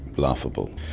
laughable.